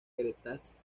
cretácico